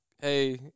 Hey